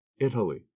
Italy